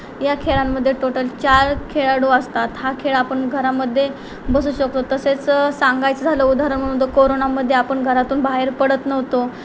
या खेळांमध्ये टोटल चार खेळाडू असतात हा खेळ आपण घरामध्ये बसू शकतो तसेच सांगायचं झालं उदाहरण म्हणून तो कोरोनामध्ये आपण घरातून बाहेर पडत नव्हतो